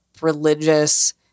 religious